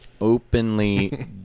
...openly